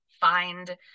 find